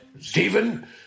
Stephen